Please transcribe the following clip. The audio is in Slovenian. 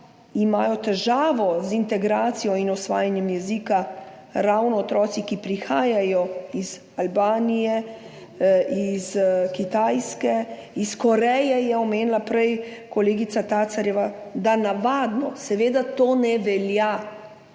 imajo težavo z integracijo in usvajanjem jezika ravno otroci, ki prihajajo iz Albanije, iz Kitajske, iz Koreje je omenila prej kolegica Tacerjeva, da navadno seveda to ne velja,